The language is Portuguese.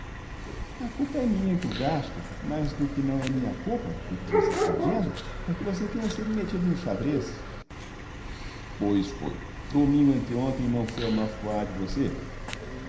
a culpa é minha que o gasto mas do que não é minha culpa fique você sabendo é que você tenha sido metido no xadrez pois foi domingo anteontem não fui ao mafuá de você